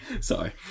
Sorry